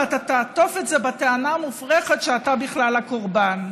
ואתה תעטוף את זה בטענה המופרכת שאתה בכלל הקורבן.